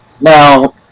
now